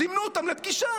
זימנו אותם לפגישה.